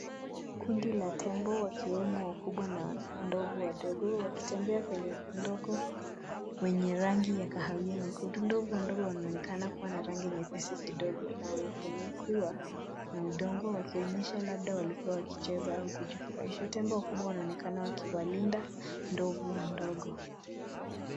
Kundi la tembo wakiwemo wakubwa na ndovu wadogo wakitembea kwenye udongo wenye rangi ya kahawia nyekundu. Ndovu wadogo wanaonekana kuwa na rangi nyepesi kidogo na wamefunikiwa na udongo wakionyesha labda walikuwa wakicheza au kujifurahisha. Tembo wakubwa wanaonekana wakiwalinda ndovu wadogo.